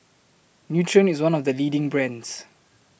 Nutren IS one of The leading brands